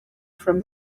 from